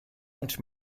und